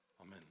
Amen